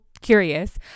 curious